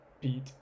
beat